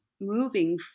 moving